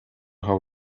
how